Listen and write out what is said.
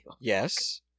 Yes